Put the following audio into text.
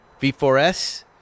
V4S